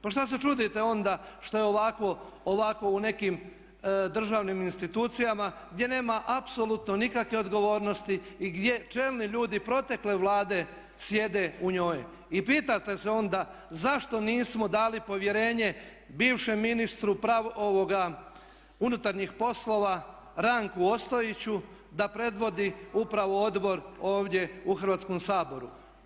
Pa šta se čudite onda što ovako u nekim državnim institucijama gdje nema apsolutno nikakve odgovornosti i gdje čelni ljudi protekle Vlade sjede u njoj i pitate se onda zašto nismo dali povjerenje bivšem ministru unutarnjih poslova Ranku Ostojiću da predvodi upravo odbor ovdje u Hrvatskom saboru.